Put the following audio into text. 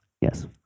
Yes